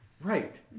Right